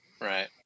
right